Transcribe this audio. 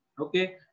okay